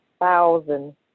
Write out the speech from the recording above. thousand